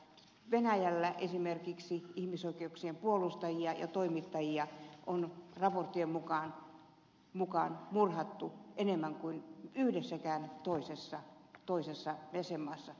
venäjällä esimerkiksi ihmisoikeuksien puolustajia ja toimittajia on raporttien mukaan murhattu enemmän kuin yhdessäkään toisessa jäsenmaassa